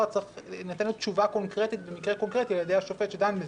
תינתן לזה תשובה קונקרטית בידי השופט שדן בזה.